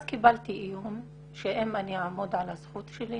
אז קיבלתי איום שאם אני אעמוד על הזכות שלי,